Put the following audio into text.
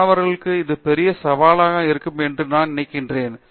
மாணவர்களுக்கு அது பெரிய சவாலானது என்று நான் நினைக்கிறேன்